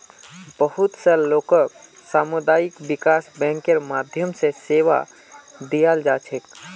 बहुत स लोगक सामुदायिक विकास बैंकेर माध्यम स सेवा दीयाल जा छेक